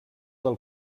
del